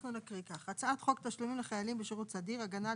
תיקון סעיף 2 1. בחוק תשלומים לחיילים בשירות סדיר (הגנה על